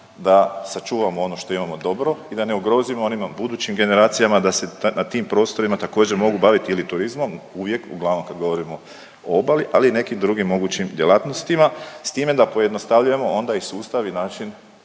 da sačuvamo ono što imamo dobro i da ne ugrozimo onim budućim generacijama da se na tim prostorima također, mogu baviti ili turizmom, uvijek, uglavnom kad govorimo o obali, ali i nekim drugim mogućim djelatnostima, s time da pojednostavljujemo onda i sustav i način